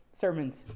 Sermons